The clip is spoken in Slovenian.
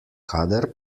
kadar